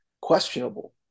questionable